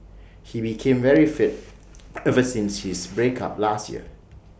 he became very fit ever since his break up last year